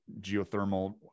geothermal